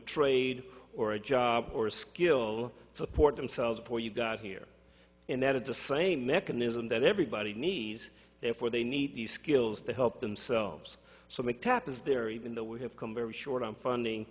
trade or a job or skill support themselves before you got here and that at the same mechanism that everybody needs therefore they need these skills to help themselves so my tap is there even though we have come very short on funding